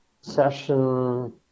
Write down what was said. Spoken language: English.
session